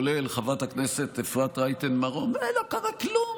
כולל חברת הכנסת אפרת רייטן מרום: לא קרה כלום,